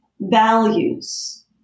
values